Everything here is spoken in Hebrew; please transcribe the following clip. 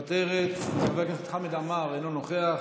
מוותרת, חבר הכנסת חמד עמאר, אינו נוכח,